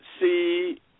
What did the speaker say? see